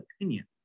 opinion